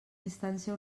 instància